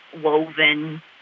woven